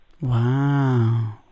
Wow